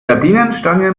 gardinenstange